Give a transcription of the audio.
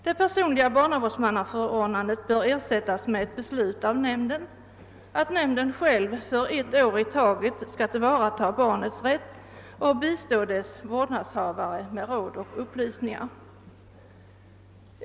Det personliga barnavårdsmannaförordnandet bör ersättas med ett beslut av nämnden, att nämnden själv för ett år i taget skall tillvarataga barnets rätt och bistå dess vårdnadshavare med råd och upplysningar.